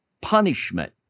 punishment